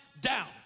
down